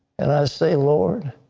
and i say lord,